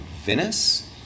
Venice